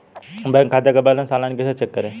Bank खाते का balance online कैसे चेक करें?